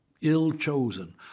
ill-chosen